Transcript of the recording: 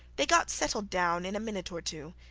they got settled down in a minute or two,